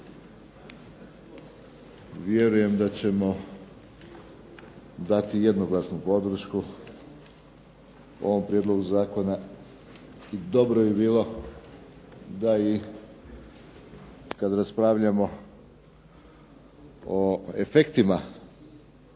vjerujem da ćemo dati jednoglasnu podršku ovom prijedlogu zakona i dobro bi bilo da i kad raspravljamo o efektima